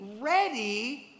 ready